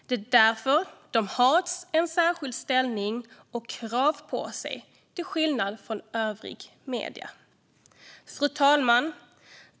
Det är därför de har en särskild ställning och krav på sig, till skillnad från övriga medier. Fru talman!